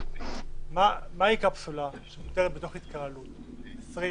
מהי קפסולה המותרת בתוך התקהלות 20